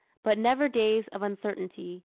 but never days of uncertainty.